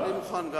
אני מוכן.